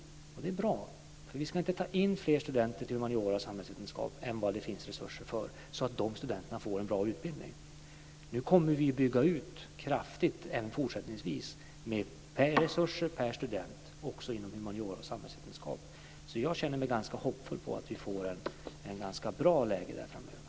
Det är bra eftersom vi inte ska ta in fler studenter till humaniora och samhällsvetenskap än vad det finns resurser för, detta för att studenterna ska få en bra utbildning. Vi kommer även fortsättningsvis att kraftigt bygga ut när det gäller resurser per student inom humaniora och samhällsvetenskap. Därför känner jag mig ganska hoppfull om att vi får ett ganska bra läge framöver.